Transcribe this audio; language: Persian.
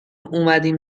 اومدیم